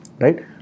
right